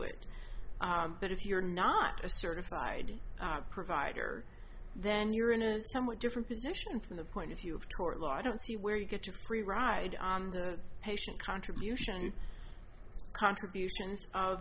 it but if you're not a certified provider then you're in a somewhat different position from the point of view of tort law i don't see where you get a free ride on the patient contribution contributions of